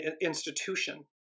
institution